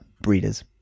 breeders